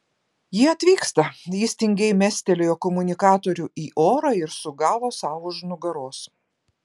jie atvyksta jis tingiai mestelėjo komunikatorių į orą ir sugavo sau už nugaros